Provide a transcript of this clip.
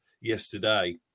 yesterday